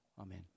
Amen